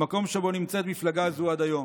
"מקום שבו נמצאת מפלגה זו עד היום.